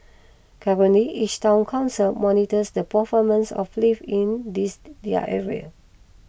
currently each Town Council monitors the performance of lifts in this their area